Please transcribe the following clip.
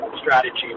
strategy